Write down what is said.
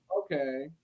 Okay